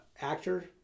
actor